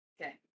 Okay